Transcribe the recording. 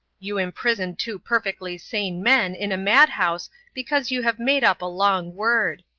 you imprison two perfectly sane men in a madhouse because you have made up a long word.